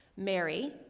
Mary